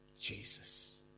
Jesus